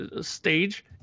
stage